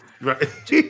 Right